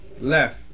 Left